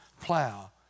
plow